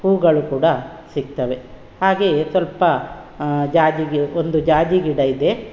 ಹೂಗಳು ಕೂಡ ಸಿಗ್ತವೆ ಹಾಗೆಯೇ ಸ್ವಲ್ಪ ಜಾಜಿ ಗಿ ಒಂದು ಜಾಜಿ ಗಿಡ ಇದೆ